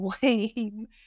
blame